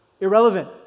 irrelevant